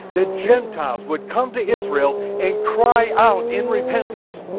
the gentiles would come to israel and cry out in repentance,